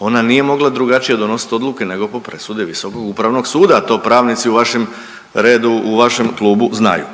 ona nije mogla drugačije donositi odluke nego po presudi Visokog upravnog suda, to pravnici u vašem redu u vašem klubu znaju.